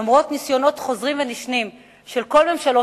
למרות ניסיונות חוזרים ונשנים של כל ממשלות